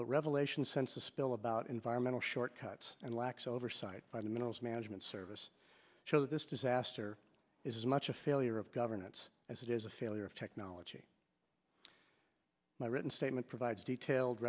the revelation since a spill about environmental shortcuts and lax oversight by the minerals management service so this disaster is as much a failure of governance as it is a failure of technology my written statement provides detailed